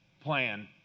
plan